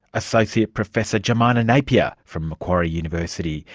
associate professor jemina napier from macquarie university.